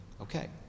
Okay